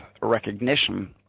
recognition